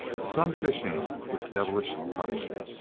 sunfishing with devilish cunning,